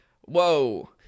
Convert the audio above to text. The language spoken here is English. whoa